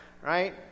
right